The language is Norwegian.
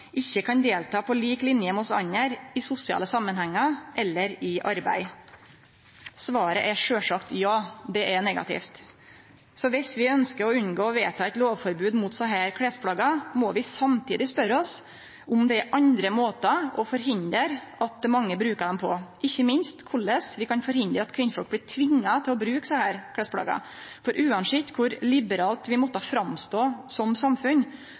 ikkje kan delta på lik linje med oss andre i sosiale samanhengar eller i arbeid? Svaret er sjølvsagt ja, det er negativt. Viss vi ønskjer å unngå å vedta eit lovforbod mot desse klesplagga, må vi samtidig spørje oss om det finst andre måtar å forhindre at mange brukar dei på, ikkje minst korleis vi kan forhindre at kvinnfolk blir tvinga til å bruke desse klesplagga. For uansett kor liberalt vi måtte stå fram som samfunn